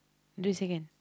twenty second